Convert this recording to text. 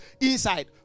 inside